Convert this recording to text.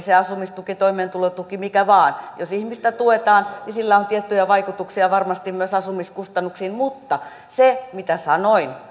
se asumistuki toimeentulotuki mikä vain jos ihmistä tuetaan niin sillä on tiettyjä vaikutuksia varmasti myös asumiskustannuksiin mutta se mitä sanoin